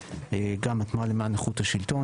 גם התנועה למען איכות השלטון,